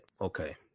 okay